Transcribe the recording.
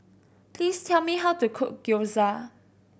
please tell me how to cook Gyoza